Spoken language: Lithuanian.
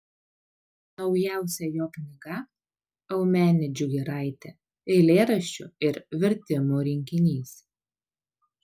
naujausia jo knyga eumenidžių giraitė eilėraščių ir vertimų rinkinys